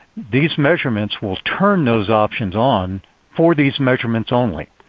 these measurements will turn those options on for these measurements only.